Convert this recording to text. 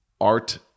art